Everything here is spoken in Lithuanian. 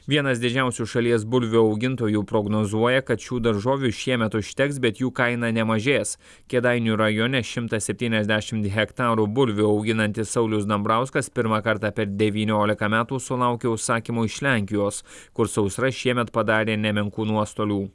vienas didžiausių šalies bulvių augintojų prognozuoja kad šių daržovių šiemet užteks bet jų kaina nemažės kėdainių rajone šimtas septyniasdešimt hektarų bulvių auginantis saulius dambrauskas pirmą kartą per devyniolika metų sulaukė užsakymų iš lenkijos kur sausra šiemet padarė nemenkų nuostolių